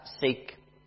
seek